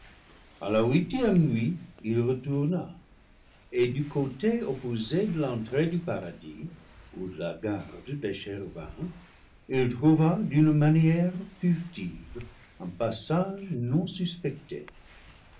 a la huitième nuit il retourna et du côté opposé de l'entrée du paradis ou de la garde des chérubins il trouva d'une manière furtive un passage non suspecté